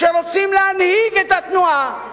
שרוצים להנהיג את התנועה,